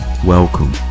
Welcome